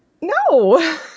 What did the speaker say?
No